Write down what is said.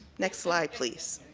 next slide please.